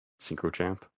SynchroChamp